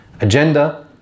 agenda